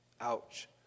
Ouch